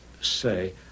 say